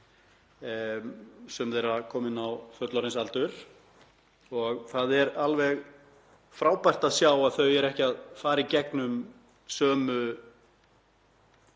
sum þeirra komin á fullorðinsaldur, og það er alveg frábært að sjá að þau eru ekki að fara í gegnum sömu